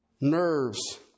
nerves